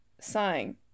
sighing